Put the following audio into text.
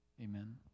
Amen